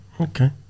Okay